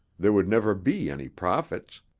there would never be any profits.